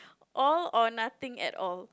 all or nothing at all